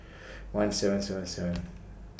one seven seven seven